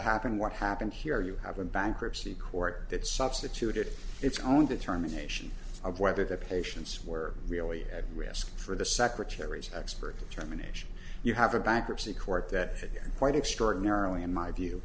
happen what happened here you have a bankruptcy court that substituted its own determination of whether the patients were really at risk for the secretary's expert determination you have a bankruptcy court that quite extraordinarily in my view